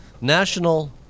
National